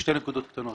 שתי נקודות קטנות.